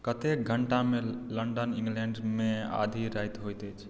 कतेक घंटा मे लंदन इंग्लैंड मे आधि राति होइत अछि